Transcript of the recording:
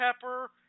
Pepper